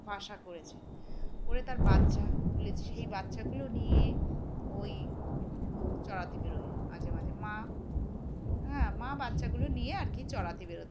বাসা করেছে করে তার বাচ্চা তুলেছে সেই বাচ্চাগুলো নিয়ে ওই চড়াতে বেরোয় মাঝে মাঝে মা হ্যাঁ মা বাচ্চাগুলো নিয়ে আর কি চড়াতে বেরোতে